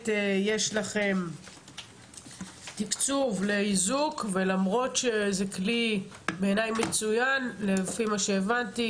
יש לכם תקצוב לאיזוק ולמרות שזה כלי בעיניי מצוין לפי מה שהבנתי